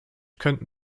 könnten